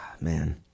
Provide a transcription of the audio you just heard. man